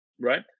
right